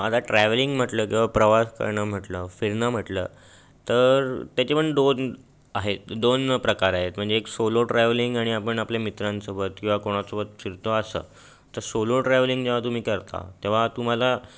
आता ट्रॅव्हलिंग म्हटलं किंवा प्रवास करणं म्हटलं फिरणं म्हटलं तर तेचेपण दोन आहेत दोन प्रकार आहेत म्हणजे एक सोलो ट्रॅव्हलिंग आणि आपण आपल्या मित्रांसोबत किंवा कुणासोबत फिरतो असं तर सोलो ट्रॅव्हलिंग जेव्हा तुम्ही करता तेव्हा तुम्हाला